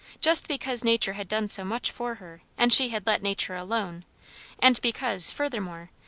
just because nature had done so much for her and she had let nature alone and because, furthermore,